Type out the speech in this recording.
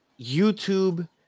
YouTube